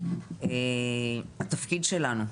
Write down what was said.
התפקיד שלנו,